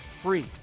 free